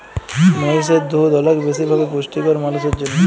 মহিষের দুহুদ অলেক বেশি ভাবে পুষ্টিকর মালুসের জ্যনহে